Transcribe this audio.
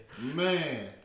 Man